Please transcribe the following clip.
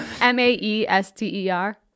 M-A-E-S-T-E-R